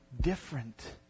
different